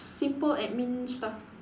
simple admin stuff